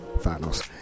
finals